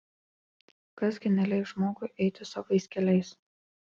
kas gi neleis žmogui eiti savais keliais